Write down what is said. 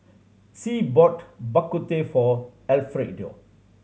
Sie bought Bak Kut Teh for Elfrieda